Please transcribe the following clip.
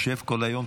שב כל היום,